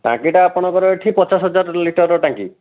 ଟାଙ୍କିଟା ଆପଣଙ୍କର ଏଠି ପଚାଶ ହଜାର ଲିଟର୍ର ଟାଙ୍କି